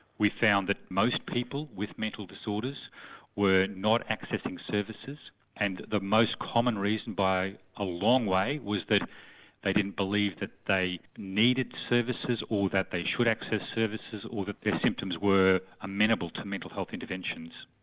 we found that most people with mental disorders were not accessing services and the most common reason by a long way was that they didn't believe that they needed the services or that they should access services, or that their symptoms were amenable to mental health interventions.